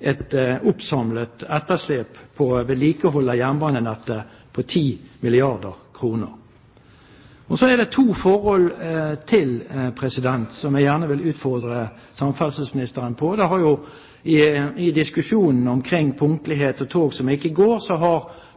et oppsamlet etterslep på vedlikehold av jernbanenettet på 10 milliarder kr. Så er det to forhold til som jeg gjerne vil utfordre samferdselsministeren på. I diskusjonen omkring punktlighet og tog som ikke går, har passasjerene blitt ekstra frustrert av at de to aktørene ikke blir enige om hvem som har skylden – om det er